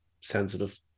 sensitive